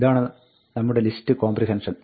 ഇതാണ് നമ്മുടെ list comprehension